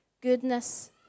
goodness